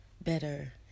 better